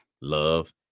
Love